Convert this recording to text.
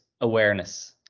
awareness